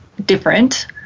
Different